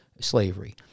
slavery